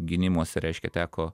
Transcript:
gynimuose reiškia teko